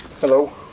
Hello